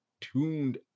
tuned